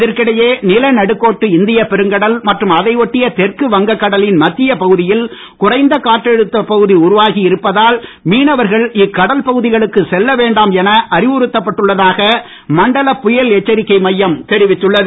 இதற்கிடையே நிலநடுக்கோட்டு இந்திய பெருங்கடல் மற்றும் அதை ஒட்டிய தெற்கு வங்க கடலின் மத்திய பகுதியில் குறைந்த காற்றழுத்த பகுதி உருவாகி இருப்பதால் மீனவர்கள் இக்கடல் பகுதிகளுக்கு செல்ல வேண்டாம் என அறிவுறுத்தப்படுவதாக மண்டல புயல் எச்சரிக்கை மையம் தெரிவித்துள்ளது